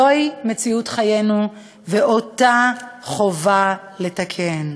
זוהי מציאות חיינו, ואותה חובה לתקן.